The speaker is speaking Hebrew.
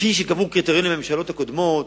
כפי שקבעו קריטריונים בממשלות הקודמות,